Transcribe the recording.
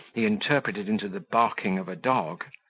he interpreted into the barking of a dog,